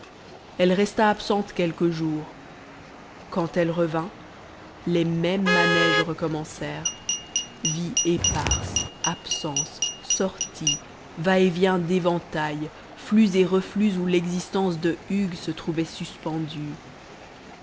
elle resta absente quelques jours quand elle revint les mêmes manèges recommencèrent vie éparse absences sorties va-et-vient d'éventail flux et reflux où l'existence de hugues se trouvait suspendue